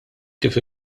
kif